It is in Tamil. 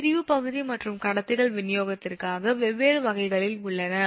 பிரிவு பகுதி மற்றும் கடத்திகள் விநியோகத்திற்காக வெவ்வேறு வகைகளில் உள்ளன